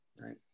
right